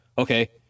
Okay